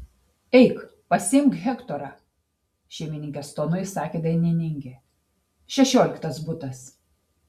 eik pasiimk hektorą šeimininkės tonu įsakė dainininkė šešioliktas butas